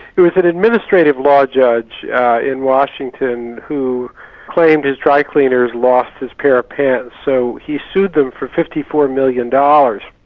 itwas an administrative law judge in washington, who claimed his drycleaners lost his pair of pants, so he sued them for fifty four million dollars.